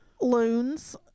loons